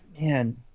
man